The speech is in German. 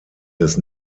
des